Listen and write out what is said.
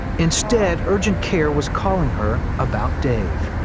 instead urgent care was calling her about dave.